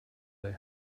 they